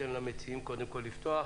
ניתן למציעים לפתוח,